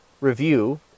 review